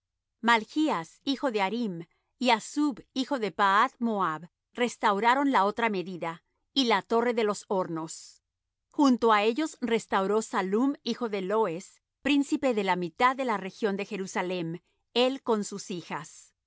malchas hijo de harim y hasub hijo de pahath moab restauraron la otra medida y la torre de los hornos junto á ellos restauró sallum hijo de lohes príncipe de la mitad de la región de jerusalem él con sus hijas la